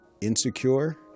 Insecure